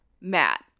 Matt